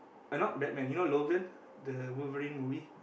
uh not Batman you know Logan the Wolverine movie